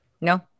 No